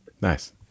Nice